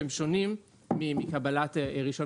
שהם שונים מקבלת רישיון